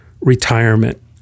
retirement